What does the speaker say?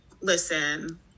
Listen